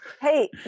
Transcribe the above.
Hey